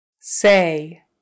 Say